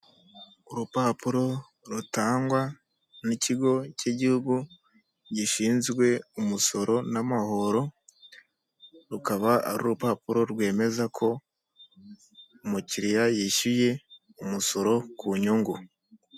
Urupapuro rutangwa n'ikigo cy'igihugu gishinzwe umusoro n'amahoro; rukaba ari urupapuro rwemeza ko umukiriya yishyuye umusoro ku nyungu.